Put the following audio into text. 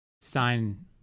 sign